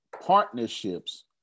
partnerships